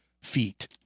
feet